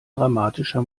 dramatischer